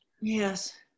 Yes